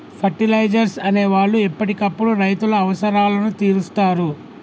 fertilisers అనే వాళ్ళు ఎప్పటికప్పుడు రైతుల అవసరాలను తీరుస్తారు